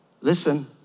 Listen